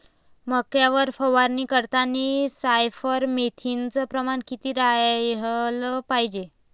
मक्यावर फवारनी करतांनी सायफर मेथ्रीनचं प्रमान किती रायलं पायजे?